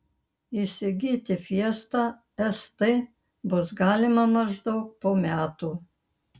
įsigyti fiesta st bus galima maždaug po metų